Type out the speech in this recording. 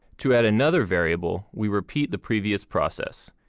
to add another variable, we repeat the previous process,